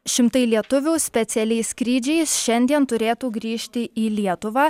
šimtai lietuvių specialiais skrydžiais šiandien turėtų grįžti į lietuvą